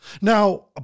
Now